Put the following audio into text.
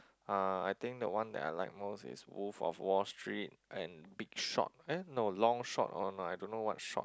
ah I think the one that I like most is Wolf of Wall Street and bigshot eh no Longshot or no I don't know what shot